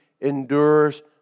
endures